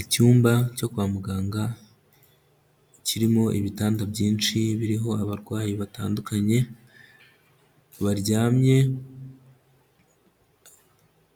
Icyumba cyo kwa muganga kirimo ibitanda byinshi biriho abarwayi batandukanye baryamye,